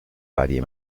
varie